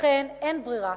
לכן, אין ברירה.